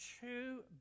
two